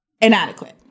inadequate